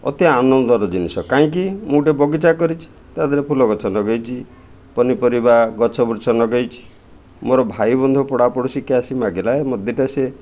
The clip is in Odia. ଅତି ଆନନ୍ଦର ଜିନିଷ କାହିଁକି ମୁଁ ଗୋଟେ ବଗିଚା କରିଛି ତା' ଦେହରେ ଫୁଲଗଛ ଲଗେଇଛି ପନିପରିବା ଗଛ ବୁଛ ଲଗେଇଛି ମୋର ଭାଇବନ୍ଧୁ ପଡ଼ାପଡ଼ୋଶୀ ଶିଖି ଆସି ମାଗିଲା ମଦ୍ୟଟା ସେ